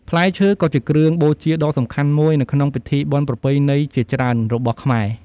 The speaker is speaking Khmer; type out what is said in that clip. ផ្លែឈើក៏ជាគ្រឿងបូជាដ៏សំខាន់មួយនៅក្នុងពិធីបុណ្យប្រពៃណីជាច្រើនរបស់ខ្មែរ។